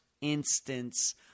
instance